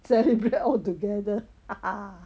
celebrate altogether